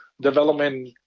development